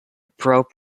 probe